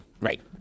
right